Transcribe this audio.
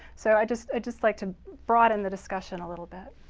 so i'd just just like to broaden the discussion a little bit.